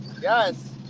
yes